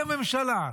היא הממשלה,